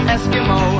Eskimo